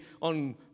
on